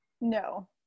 No